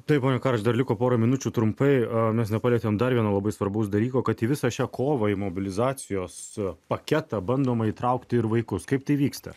tai va juk aš dar liko porą minučių trumpai o mes nepaliekame darvino labai svarbaus dalyko kad visą šią kovą imobilizacijos paketą bandoma įtraukti ir vaikus kaip tai vyksta